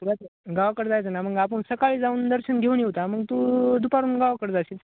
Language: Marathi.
सचं गावकडं जायचं ना मग आपण सकाळी जाऊन दर्शन घेऊन येऊ त्या मग तू दुपारून गावकडं जाशील